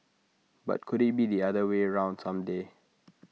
but could IT be the other way round some day